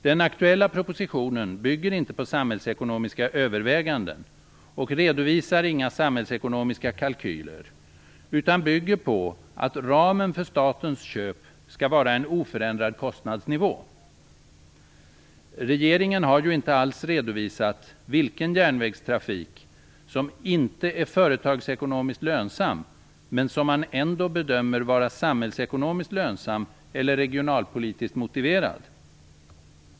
Den aktuella propositionen bygger inte på samhällsekonomiska överväganden och redovisar inga samhällsekonomiska kalkyler utan bygger på att ramen för statens köp skall vara en oförändrad kostnadsnivå. Regeringen har ju inte alls redovisat vilken järnvägstrafik som inte är företagsekonomiskt lönsam men som ändå bedöms vara samhällsekonomiskt lönsam eller regionalpolitiskt motiverad.